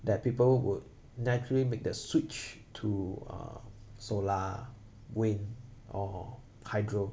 that people would naturally make the switch to uh solar wind or hydro